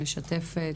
משתפת,